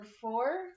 four